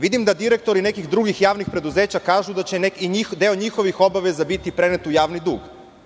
Vidim da direktori nekih drugih javnih preduzeća kažu da će deo njihovih obaveza biti prenet u javni dug.